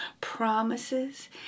Promises